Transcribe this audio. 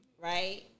right